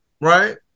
right